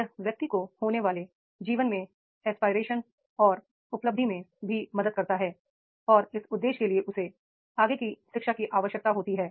यह व्यक्ति को होने वाले जीवन में एक्सप्रेशन और उपलब्धि में भी मदद करता है और इस उद्देश्य के लिए उसे आगे की शिक्षा की आवश्यकता होती है